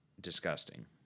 disgusting